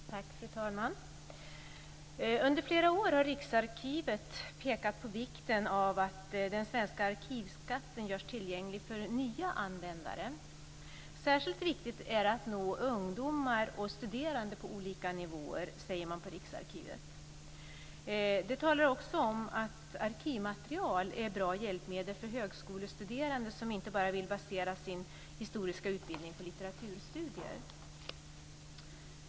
Fru talman! Under flera år har Riksarkivet pekat på vikten av att den svenska arkivskatten görs tillgänglig för nya användare. Särskilt viktigt är det att nå ungdomar och studerande på olika nivåer, säger man på Riksarkivet. De talar också om att arkivmaterial är ett bra hjälpmedel för högskolestuderande som inte vill basera sin historieutbildning på bara litteraturstudier.